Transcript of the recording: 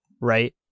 Right